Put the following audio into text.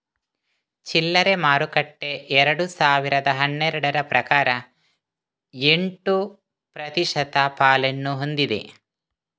ಚಿಲ್ಲರೆ ಮಾರುಕಟ್ಟೆ ಎರಡು ಸಾವಿರದ ಹನ್ನೆರಡರ ಪ್ರಕಾರ ಎಂಟು ಪ್ರತಿಶತ ಪಾಲನ್ನು ಹೊಂದಿದೆ